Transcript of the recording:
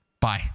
Bye